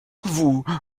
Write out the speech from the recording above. vous